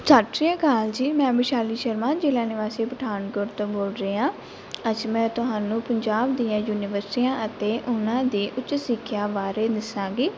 ਸਤਿ ਸ਼੍ਰੀ ਅਕਾਲ ਜੀ ਮੈਂ ਵਿਸ਼ਾਲੀ ਸ਼ਰਮਾ ਜ਼ਿਲ੍ਹਾ ਨਿਵਾਸੀ ਪਠਾਨਕੋਟ ਤੋਂ ਬੋਲ ਰਹੀ ਹਾਂ ਅੱਜ ਮੈਂ ਤੁਹਾਨੂੰ ਪੰਜਾਬ ਦੀਆਂ ਯੂਨੀਵਰਸਿਟੀਆਂ ਅਤੇ ਉਨਾਂ ਦੇ ਉੱਚ ਸਿੱਖਿਆ ਬਾਰੇ ਦੱਸਾਂਗੀ